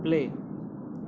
play